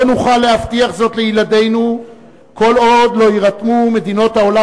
לא נוכל להבטיח זאת לילדינו כל עוד לא יירתמו מדינות העולם